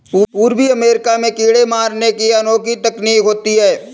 पूर्वी अमेरिका में कीड़े मारने की अनोखी तकनीक होती है